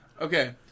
Okay